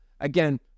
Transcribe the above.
again